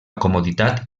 comoditat